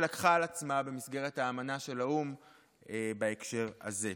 לקחה על עצמה במסגרת האמנה של האו"ם בהקשר הזה.